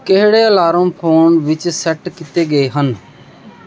ਕਿਹੜੇ alarm phone ਵਿੱਚ set ਕੀਤੇ ਗਏ ਹਨ